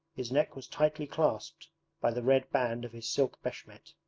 his neck was tightly clasped by the red band of his silk beshmet.